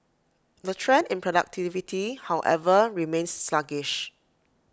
the trend in productivity however remains sluggish